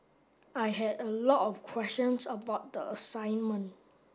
I had a lot of questions about the assignment